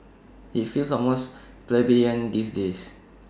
IT feels almost plebeian these days